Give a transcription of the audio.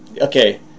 okay